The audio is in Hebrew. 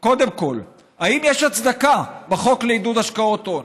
קודם כול אם יש הצדקה בחוק לעידוד השקעות הון.